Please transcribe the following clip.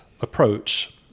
approach